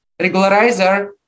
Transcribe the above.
regularizer